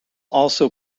also